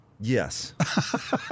Yes